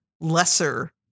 lesser